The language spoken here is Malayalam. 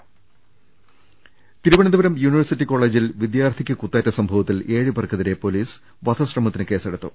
രദ്ദമ്പ്പെട്ടിര തിരുവനന്തപുരം യൂണിവേഴ്സിറ്റി കോളജിൽ വിദ്യാർത്ഥിക്ക് കുത്തേറ്റ സംഭവത്തിൽ ഏഴുപേർക്കെതിരെ പൊലീസ് വധശ്രമത്തിന് കേസെടുത്തു